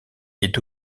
est